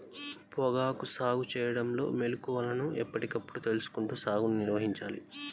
పొగాకు సాగు చేయడంలో మెళుకువలను ఎప్పటికప్పుడు తెలుసుకుంటూ సాగుని నిర్వహించాలి